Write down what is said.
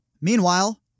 Meanwhile